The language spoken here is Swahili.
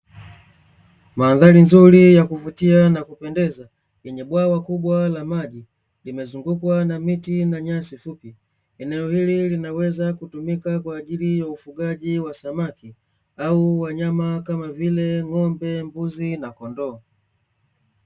Mandhari nzuri ya kuvutia na kupendeza yenye bwawa kubwa la maji lililozungukwa na miti na nyasi fupi, eneo hili linaweza kutumika kwa ajili ya ufugaji wa samaki au wanyama kama vile, ngombe, mbuzi na kondoo.